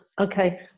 okay